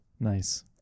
Nice